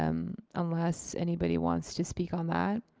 um unless anybody wants to speak on that.